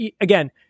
again